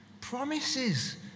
promises